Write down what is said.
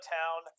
town